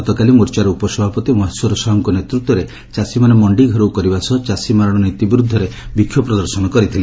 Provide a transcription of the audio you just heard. ଗତକାଲି ମୋର୍ଚାର ଉପସଭାପତି ମହେଶ୍ୱର ସାହୁଙ୍ଙ ନେତୃତ୍ୱରେ ଚାଷୀମାନେ ମଣ୍ଣି ଘେରାଉ କରିବା ସହ ଚାଷୀ ମାରଣ ନୀତି ବିରୁଦ୍ଦରେ ବିକ୍ଷୋଭ ପ୍ରଦର୍ଶନ କରିଥିଲେ